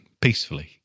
peacefully